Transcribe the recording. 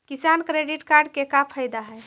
किसान credit card से का फायदा है?